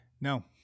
No